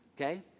okay